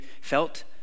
felt